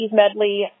medley